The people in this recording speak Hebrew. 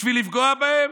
בשביל לפגוע בהן?